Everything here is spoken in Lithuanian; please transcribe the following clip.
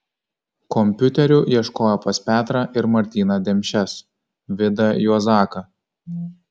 kompiuterių ieškojo pas petrą ir martyną demšes vidą juozaką